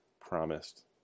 promised